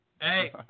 Hey